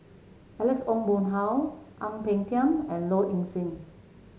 Alex Ong Boon Hau Ang Peng Tiam and Low Ing Sing